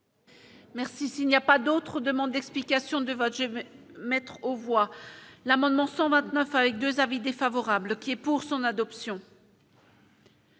s'il n'y a pas d'autres demandes d'explication de vote j'mettre aux voix l'amendement 129 avec 2 avis défavorables qui est pour son adoption.